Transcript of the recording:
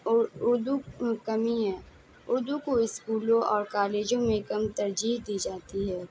اردو کمی ہے اردو کو اسکولوں اور کالجوں میں کم ترجیح دی جاتی ہے